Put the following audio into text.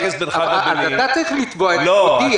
אתה צריך לתבוע את כבודי.